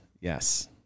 yes